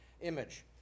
image